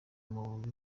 muri